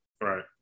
right